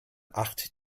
acht